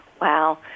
wow